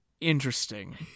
interesting